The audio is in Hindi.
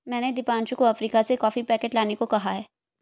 मैंने दीपांशु को अफ्रीका से कॉफी पैकेट लाने को कहा है